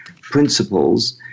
principles